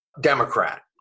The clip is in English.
Democrat